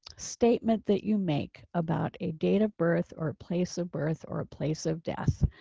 statement that you make about a date of birth or place of birth or a place of death,